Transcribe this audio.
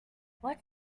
what